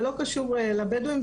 זה לא קשור לבדואים,